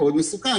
מסוכן מאוד,